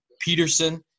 Peterson